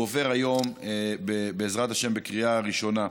הוא עובר היום, בעזרת השם, בקריאה ראשונה.